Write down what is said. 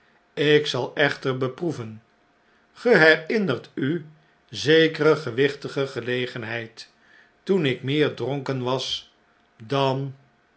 ik zal echter beproeven ge herinnert u zekere gewichtige gelegenheid toen ikmeer dronken was dan